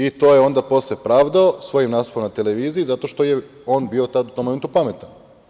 I to je onda posle pravdao svojim nastupom na televiziji, zato što je on bio tad u tom momentu pametan.